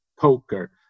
poker